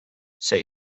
say